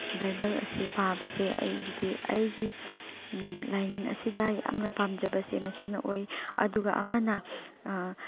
Bible ꯑꯁꯤ ꯄꯥꯕꯁꯦ ꯑꯩꯒꯤꯗꯤ ꯑꯩꯒꯤ ꯂꯥꯏꯅꯤꯡ ꯑꯁꯤꯗ ꯌꯥꯝꯅ ꯄꯥꯝꯖꯕꯁꯦ ꯃꯁꯤꯅ ꯑꯣꯏ ꯑꯗꯨꯒ ꯑꯃꯅ